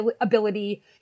ability